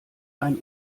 ein